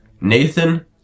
Nathan